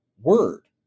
Word